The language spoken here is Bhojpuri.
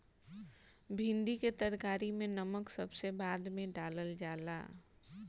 भिन्डी के तरकारी में नमक सबसे बाद में डालल जाला